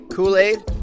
Kool-Aid